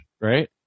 right